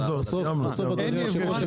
אדוני היושב-ראש,